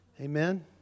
Amen